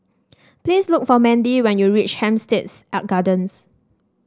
please look for Mandie when you reach Hampstead Gardens